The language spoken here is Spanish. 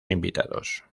invitados